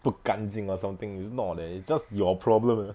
不干净 or something is not leh is just your problem eh